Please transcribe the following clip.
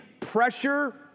pressure